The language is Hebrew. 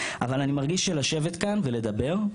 אבל אני מרגיש שלשבת כאן ולדבר,